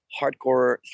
hardcore